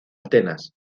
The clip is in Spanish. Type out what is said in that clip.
atenas